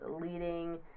leading